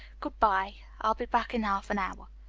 good-bye. i'll be back in half an hour.